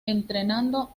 entrenando